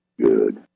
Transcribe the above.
Good